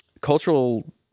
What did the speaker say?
cultural